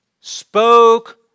spoke